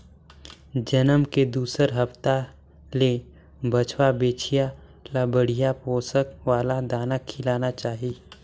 जनम के दूसर हप्ता ले बछवा, बछिया ल बड़िहा पोसक वाला दाना खिलाना चाही